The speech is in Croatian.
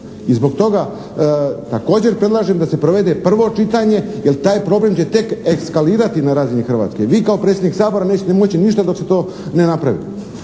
i zbog toga također predlažem da se provede prvo čitanje jer taj problem će tek eskalirati na razini Hrvatske. Vi kao predsjednik Sabora nećete moći ništa dok se to ne napravi.